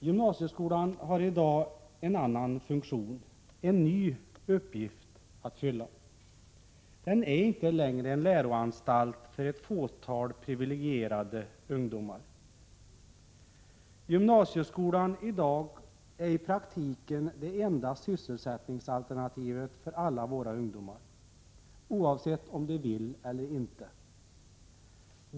Gymnasieskolan har i dag en annan funktion, en ny uppgift att fylla. Den är inte längre en läroanstalt för ett fåtal privilegierade ungdomar. Gymnasieskolan i dag är i praktiken det enda sysselsättningsalternativet för alla våra ungdomar, oavsett om de vill det eller ej.